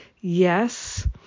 yes